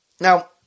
Now